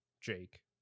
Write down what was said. Jake